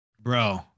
bro